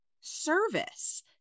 service